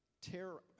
terror